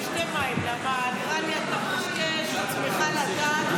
תשתה מים, נראה לי אתה מקשקש את עצמך לדעת.